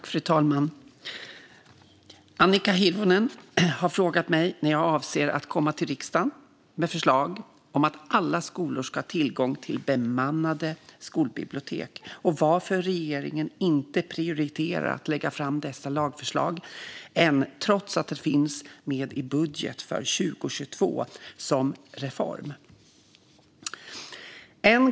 Fru talman! har frågat mig när jag avser att komma till riksdagen med förslag om att alla skolor ska ha tillgång till bemannade skolbibliotek och varför regeringen inte prioriterat att lägga fram dessa lagförslag än trots att de finns med i budgeten för 2022 som reform.